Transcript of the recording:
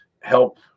help